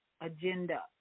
agenda